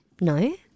No